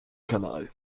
kanal